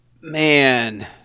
man